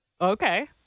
Okay